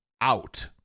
out